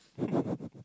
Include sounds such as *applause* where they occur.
*laughs*